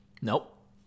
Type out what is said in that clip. nope